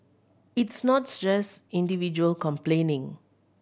it's not just individual complaining